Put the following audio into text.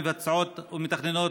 המבצעות והמתכננות,